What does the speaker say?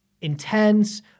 intense